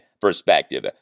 perspective